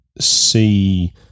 see